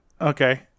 okay